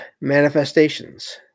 manifestations